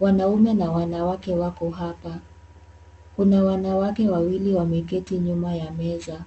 Wanaume na wanawake wako hapa. Kuna wanawake wawili wameketi nyuma ya meza.